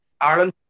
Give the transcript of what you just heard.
Ireland